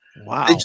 Wow